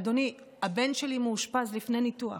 אדוני, הבן שלי מאושפז לפני ניתוח.